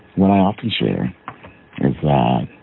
what i often share is that